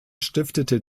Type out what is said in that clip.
stiftete